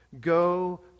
Go